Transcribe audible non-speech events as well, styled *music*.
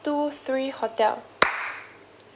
two three hotel *noise*